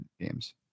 games